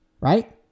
right